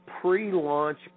pre-launch